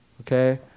okay